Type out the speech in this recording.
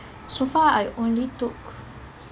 so far I only took